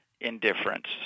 indifference